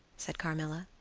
said carmilla.